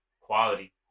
quality